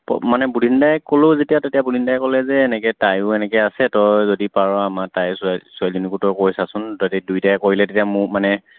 মানে বুধিন দাইক ক'লেও যেতিয়া তেতিয়া বুধিন দাই ক'লে যে এনেকৈ তাইয়ো এনেকৈ আছে তই যদি পাৰ আমাৰ তাই ছোৱালীজনীকো তই কৈ চাচোন তহঁতে দুইটাই কৰিলে তেতিয়া মোক মানে